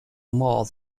more